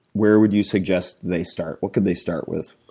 where would you suggest they start? what could they start with,